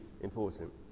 important